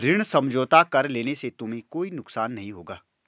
ऋण समझौता कर लेने से तुम्हें कोई नुकसान नहीं होगा